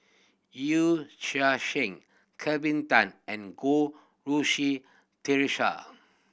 Yee Chia Hsing Kelvin Tan and Goh Rui Si Theresa